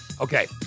okay